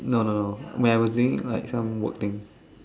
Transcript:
no no no when I was doing like some work thing